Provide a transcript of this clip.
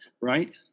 right